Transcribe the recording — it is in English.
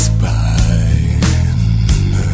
Spine